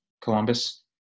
Columbus